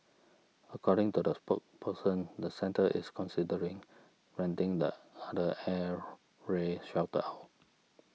according to the spokesperson the centre is considering renting the other air raid shelter out